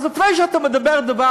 אז לפני שאתה מדבר,